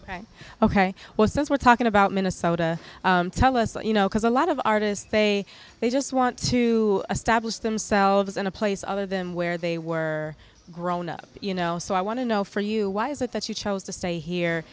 ok ok well since we're talking about minnesota tell us what you know because a lot of artists say they just want to establish themselves in a place other than where they were growing up you know so i want to know for you why is it that you chose to stay here